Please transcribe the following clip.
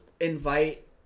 invite